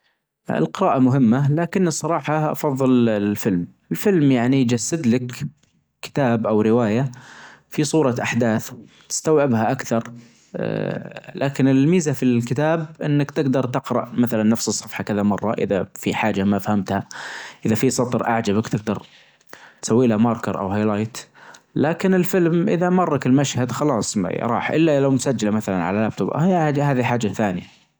القراءة مهمة لكن الصراحة أفظل ال-الفيلم، الفيلم يعني يجسد لك كتاب أو رواية في صورة أحداث تستوعبها أكثر، آآ لكن الميزة في الكتاب أنك تجدر تقرأ مثلا نفس الصفحة كذا مرة إذا في حاجة ما فهمتها إذا في سطر أعجبك تجدر تسويله ماركر أو هايلايت، لكن الفيلم اذا مرك المشهد خلاص راح إلا لو مسجله مثلا على لابتوب هذي حاجة ثانية.